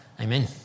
Amen